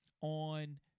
on